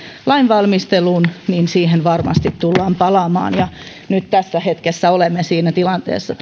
lainvalmisteluun niin siihen varmasti tullaan palaamaan ja nyt tässä hetkessä olemme siinä tilanteessa